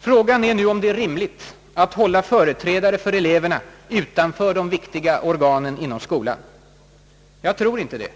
Frågan är nu om det är rimligt att hålla företrädare för eleverna utanför de viktiga organen inom skolan. Jag tror inte det.